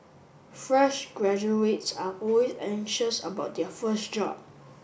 fresh graduates are always anxious about their first job